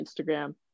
Instagram